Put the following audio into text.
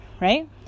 right